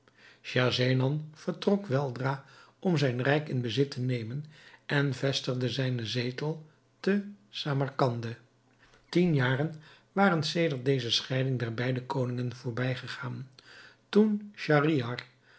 schahzenan vertrok weldra om zijn rijk in bezit te nemen en vestigde zijnen zetel te samarcande tien jaren waren sedert deze scheiding der beide koningen voorbijgegaan toen schahriar